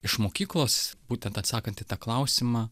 iš mokyklos būtent atsakant į tą klausimą